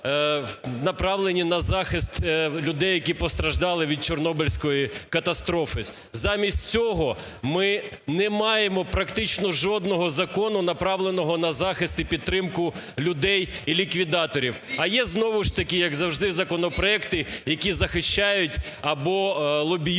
направлені на захист людей, які постраждали від Чорнобильської катастрофи. Замість цього ми не маємо практично жодного закону, направленого на захист і підтримку людей і ліквідаторів, а є знову ж таки, як завжди, законопроекти, які захищають або лобіюють